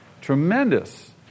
Tremendous